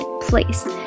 place